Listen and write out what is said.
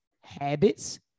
habits